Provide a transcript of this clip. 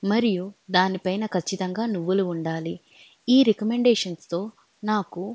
మరియు దానిపైన ఖచ్చితంగా నువ్వులు ఉండాలి ఈ రికమెండేషన్స్తో నాకు